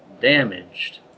damaged